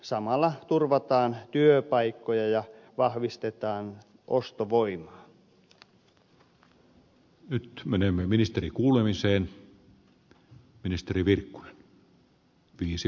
samalla turvataan työpaikkoja ja vahvistetaan ostovoimaa